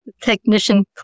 technician